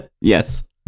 Yes